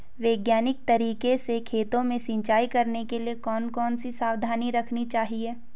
वैज्ञानिक तरीके से खेतों में सिंचाई करने के लिए कौन कौन सी सावधानी रखनी चाहिए?